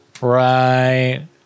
Right